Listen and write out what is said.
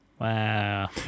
Wow